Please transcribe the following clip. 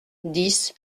dix